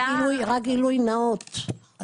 רק גילוי נאות,